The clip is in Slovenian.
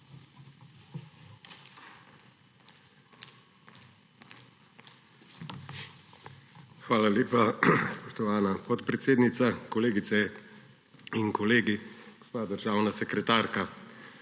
Hvala lepa, spoštovana podpredsednica. Kolegice in kolegi, gospa državna sekretarka!